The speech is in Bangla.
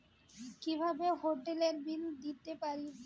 কিভাবে হোটেলের বিল দিতে পারি?